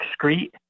excrete